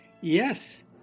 yes